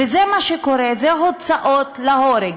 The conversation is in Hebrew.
וזה מה שקורה, אלה הוצאות להורג.